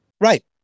right